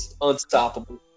unstoppable